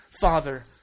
Father